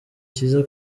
kiza